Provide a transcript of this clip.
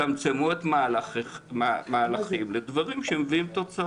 צמצמו מהלכים לדברים שמביאים תוצאות.